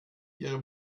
ihre